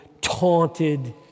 taunted